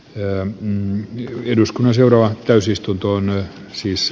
ja kun eduskunnan seuraava täysistunto on siis